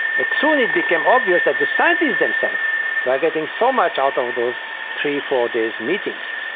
but soon it became obvious that the scientists themselves were getting so much out of those three, four days meetings.